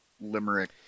limerick